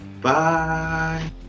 Bye